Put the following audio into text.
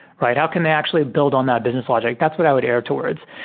right? how can they actually build on that business logic? that's what i would err towards.